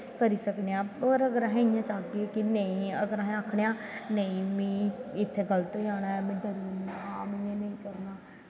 करी सकनें आं पर अगर अस चाह्गे ते के नेंई अगर अस आखनें आं नेंई इत्थें गल्त होआ दा ऐ में डरी जाना